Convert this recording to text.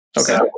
Okay